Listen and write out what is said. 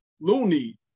Looney